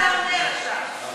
מה אתה אומר עכשיו.